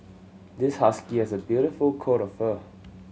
this husky has a beautiful coat of fur